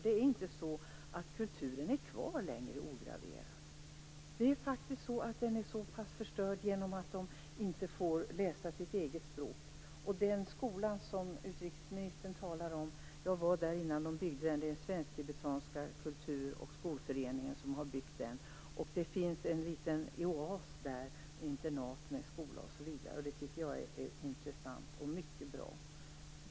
Kulturen finns inte kvar ograverad längre. Den är förstörd genom att de inte får läsa sitt eget språk. Jag var på platsen innan de byggde den skola som utrikesministern talade om. Det är den Svensk-tibetanska kultur och skolföreningen som har byggt den. Det finns en liten oas där med internat, skola osv. Jag tycker att det är intressant och mycket bra.